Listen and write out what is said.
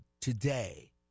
today